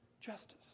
justice